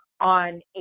on